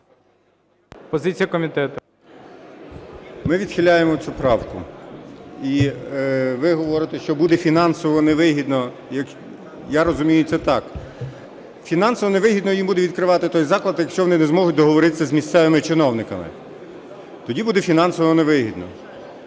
МАРУСЯК О.Р. Ми відхиляємо цю правку. І ви говорите, що буде фінансово невигідно. Я розумію це так: фінансово невигідно їм буде відкривати той заклад, якщо вони не зможуть договоритися з місцевими чиновниками, тоді буде фінансово невигідно.